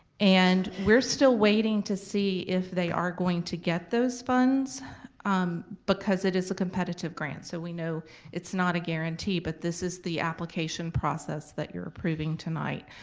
and we're still waiting to see if they are going to get those funds because it is competitive grant. so we know it's not a guarantee but this is the application process that you're approving tonight.